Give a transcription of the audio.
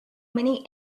many